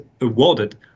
awarded